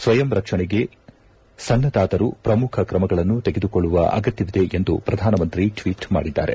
ಸ್ವಯಂ ರಕ್ಷಣೆಗೆ ಸಣ್ಣದಾದರೂ ಪ್ರಮುಖ ಕ್ರಮಗಳನ್ನು ತೆಗೆದುಕೊಳ್ಳುವ ಅಗತ್ಯವಿದೆ ಎಂದು ಪ್ರಧಾನಮಂತ್ರಿ ಟ್ವೀಟ್ ಮಾಡಿದ್ದಾರೆ